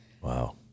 wow